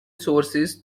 sources